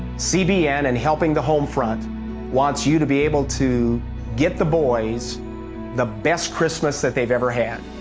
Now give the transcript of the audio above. cbn and helping the home front wants you to be able to get the boys the best christmas that they've ever had.